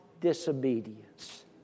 disobedience